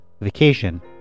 vacation